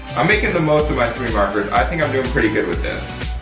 i'm making the most of my three markers. i think i'm doing pretty good with this.